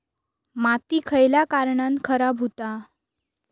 माती खयल्या कारणान खराब हुता?